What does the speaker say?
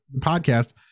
podcast